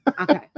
okay